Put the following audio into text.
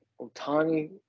Otani